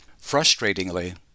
Frustratingly